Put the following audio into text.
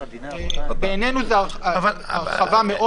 אבל זה נכון לגבי הרבה מעסיקים שמעסיקים